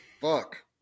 fuck